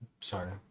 sorry